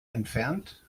entfernt